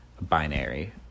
binary